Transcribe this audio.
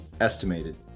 estimated